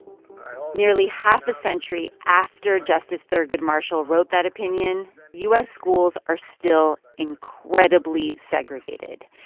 nearly half a century after justice thurgood marshall wrote that opinion, u s. schools are still incredibly segregated.